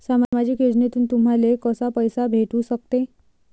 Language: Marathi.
सामाजिक योजनेतून तुम्हाले कसा पैसा भेटू सकते?